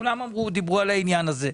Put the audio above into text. כולם דיברו על העניין הזה.